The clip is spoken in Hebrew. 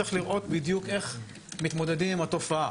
צריך לראות בדיוק איך מתמודדים עם התופעה.